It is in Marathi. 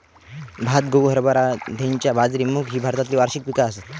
भात, गहू, हरभरा, धैंचा, बाजरी, मूग ही भारतातली वार्षिक पिका आसत